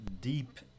deep